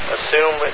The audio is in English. Assume